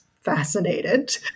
fascinated